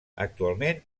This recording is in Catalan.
actualment